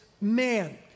Man